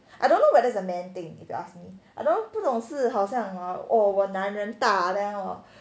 I don't know whether it's a man thing if you ask me I don't know 不懂是好像我男人大 then or